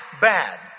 bad